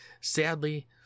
sadly